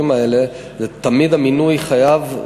האלה: תמיד המינוי חייב להיות ראוי.